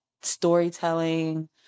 storytelling